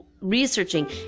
researching